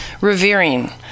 revering